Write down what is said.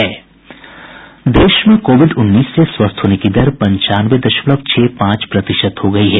देश में कोविड उन्नीस से स्वस्थ होने की दर पंचानवे दशमलव छह पांच प्रतिशत हो गई है